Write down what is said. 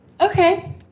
Okay